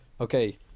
Okay